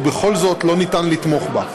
ובכל זאת אין אפשרות לתמוך בה.